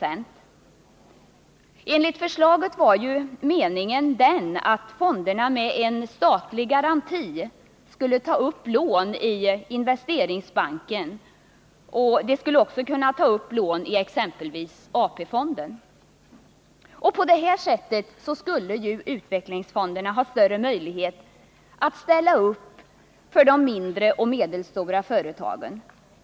Enligt det tidigare förslaget var meningen den att fonderna med en statlig garanti skulle ta upp lån i Investeringsbanken. De skulle också kunna ta upp lån i exempelvis AP-fonderna. På det här sättet skulle utvecklingsfonderna ha större möjlighet att ställa upp för de mindre och medelstora företagen.